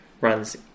runs